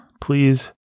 please